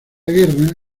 guerra